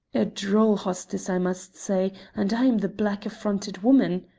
a droll hostess, i must say, and i am the black-affronted woman,